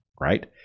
right